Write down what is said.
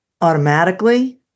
automatically